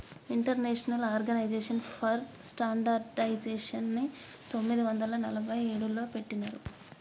international organization for స్టాండర్డయిజేషన్ని పంతొమ్మిది వందల నలభై ఏడులో పెట్టినరు